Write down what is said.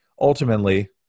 ultimately